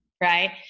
right